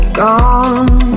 gone